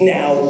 Now